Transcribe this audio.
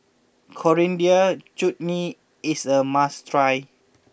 Coriander Chutney is a must try